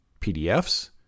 PDFs